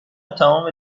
تمام